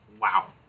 wow